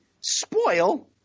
spoil